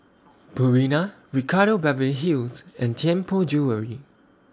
Purina Ricardo Beverly Hills and Tianpo Jewellery